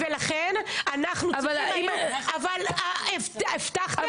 ולכן אנחנו צריכים היינו --- אבל --- אבל הבטחתם,